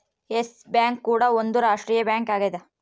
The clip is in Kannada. ಎಸ್ ಬ್ಯಾಂಕ್ ಕೂಡ ಒಂದ್ ರಾಷ್ಟ್ರೀಯ ಬ್ಯಾಂಕ್ ಆಗ್ಯದ